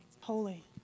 Holy